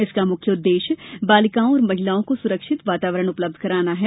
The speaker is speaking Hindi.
इसका मुख्य उद्देश्य बालिकाओं और महिलाओं को सुरक्षित वातावरण उपलब्ध कराना है